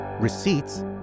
receipts